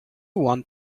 want